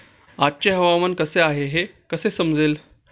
आजचे हवामान कसे आहे हे कसे समजेल?